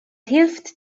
hilft